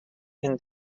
and